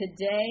today